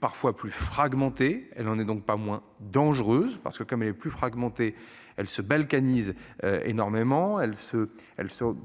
parfois plus fragmenté, elle en est donc pas moins dangereuse parce que comme elle est plus fragmenté. Elle se balkaniser. Énormément. Elles se, elles sont